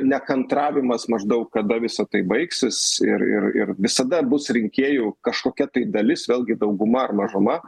nekantravimas maždaug kada visa tai baigsis ir ir ir visada bus rinkėjų kažkokia tai dalis vėlgi dauguma ar mažuma